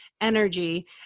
energy